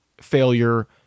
failure